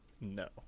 No